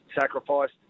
sacrificed